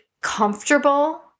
comfortable